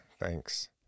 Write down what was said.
thanks